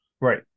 right